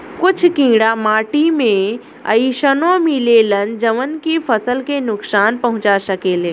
कुछ कीड़ा माटी में अइसनो मिलेलन जवन की फसल के नुकसान पहुँचा सकेले